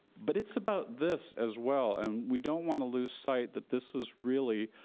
but it's about this as well and we don't wanna lose sight that this is really,